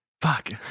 Fuck